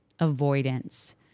avoidance